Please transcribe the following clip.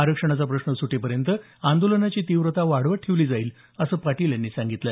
आरक्षण प्रश्न सुटेपर्यंत आंदोलनाची तीव्रता वाढवत ठेवली जाईल असं पाटील सांगितलं